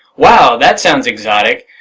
wow, that sounds exotic!